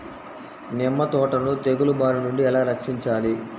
నిమ్మ తోటను తెగులు బారి నుండి ఎలా రక్షించాలి?